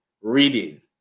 reading